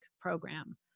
program